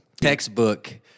textbook